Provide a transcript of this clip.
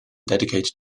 dedicated